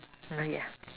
not yet ah